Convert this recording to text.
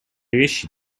вещи